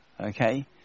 okay